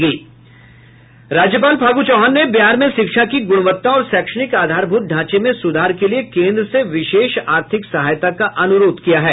राज्यपाल फागू चौहान ने बिहार में शिक्षा की गुणवत्ता और शैक्षणिक आधारभूत ढांचे में सुधार के लिए केंद्र से विशेष आर्थिक सहायता का अनुरोध किया है